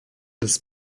des